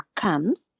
comes